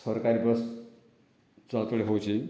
ସରକାରୀ ବସ୍ ଚଳାଚଳି ହେଉଛି